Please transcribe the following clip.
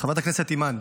חברת הכנסת אימאן,